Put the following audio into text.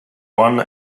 one